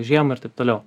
žiemą ir taip toliau